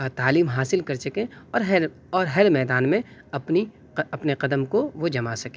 تعلیم حاصل کر سکیں اور ہے اور ہر میدان میں اپنی اپنے قدم کو وہ جما سکیں